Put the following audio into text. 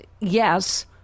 yes